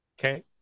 Okay